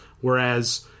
whereas